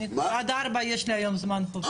עד 16:00 יש לי היום זמן פה.